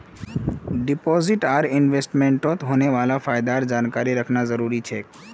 deposit आर इन्वेस्टमेंटत होने वाला फायदार जानकारी रखना जरुरी छे